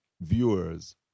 viewers